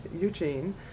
Eugene